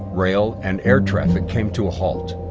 rail, and air traffic came to a halt.